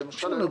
למשל,